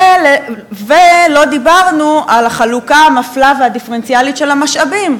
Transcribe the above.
ולא דיברנו על החלוקה המפלה והדיפרנציאלית של המשאבים,